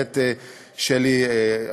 שלי,